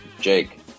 jake